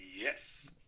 Yes